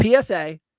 PSA